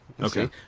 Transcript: Okay